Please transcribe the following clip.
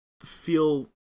feel